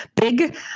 big